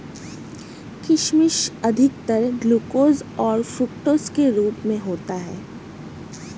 किशमिश अधिकतर ग्लूकोस और फ़्रूक्टोस के रूप में होता है